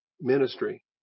ministry